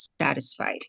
satisfied